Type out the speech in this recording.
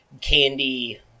candy